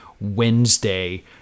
Wednesday